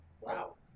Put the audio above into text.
Wow